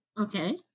Okay